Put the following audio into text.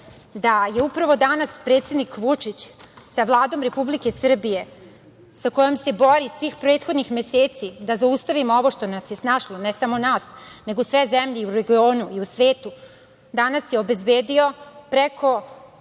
da je upravo danas predsednik Vučić sa Vladom Republike Srbije, sa kojom se bori svih prethodnih meseci da zaustavimo ovo što nas je snašlo, ne samo nas, nego sve zemlje u regionu i u svetu, danas je obezbedio preko